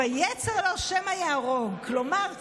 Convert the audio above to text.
כלומר,